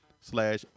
slash